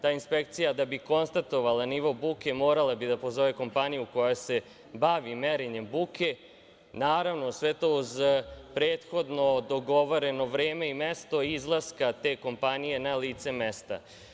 Ta inspekcija, da bi konstatovala nivo buke, morala bi da pozove kompaniju koja se bavi merenjem buke, naravno, sve to uz prethodno dogovoreno vreme i mesto izlaska te kompanije na lice mesta.